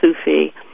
Sufi